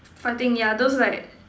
fighting yeah those like